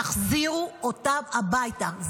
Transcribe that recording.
תחזירו אותם הביתה.